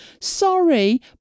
sorry